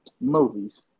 Movies